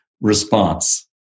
response